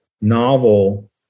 novel